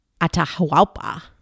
Atahualpa